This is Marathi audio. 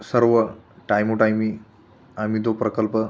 सर्व टायमोटायमी आम्ही तो प्रकल्प